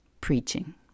preaching